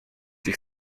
ich